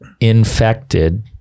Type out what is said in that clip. infected